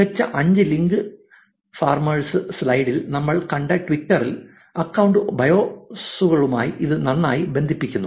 മികച്ച അഞ്ച് link farmers സ്ലൈഡിൽ നമ്മൾ കണ്ട ട്വിറ്റർ അക്കൌണ്ട് ബയോസുകളുമായി ഇത് നന്നായി ബന്ധിപ്പിക്കുന്നു